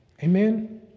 Amen